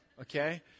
okay